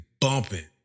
bumping